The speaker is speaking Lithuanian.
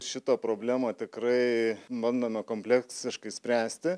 šitą problemą tikrai bandome kompleksiškai spręsti